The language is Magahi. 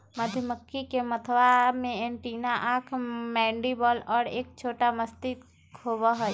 मधुमक्खी के मथवा में एंटीना आंख मैंडीबल और एक छोटा मस्तिष्क होबा हई